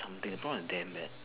is damn bad